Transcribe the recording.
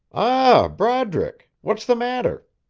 ah, broderick, what's the matter?